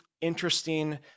interesting